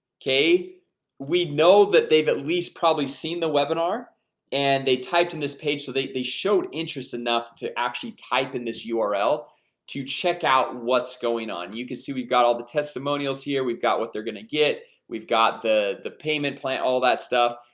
okay we know that they've at least probably seen the webinar and they typed in this page, so they they showed interest enough to actually type in this url to check out what's going on you can see we've got all the testimonials here. we've got what they're gonna get we've got the the payment plan all that stuff.